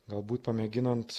galbūt pamėginant